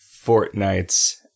fortnights